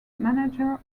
manager